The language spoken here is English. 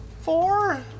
Four